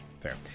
fair